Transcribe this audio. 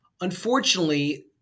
Unfortunately